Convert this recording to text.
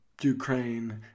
Ukraine